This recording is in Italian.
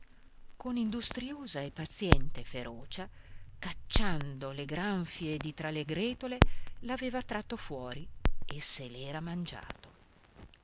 amorosa con industriosa e paziente ferocia cacciando le granfie di tra le gretole l'aveva tratto fuori e se l'era mangiato